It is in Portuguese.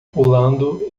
pulando